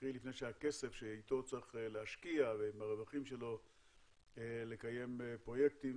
קרי לפני שהכסף שאתו צריך להשקיע ועם הרווחים שלו לקיים פרויקטים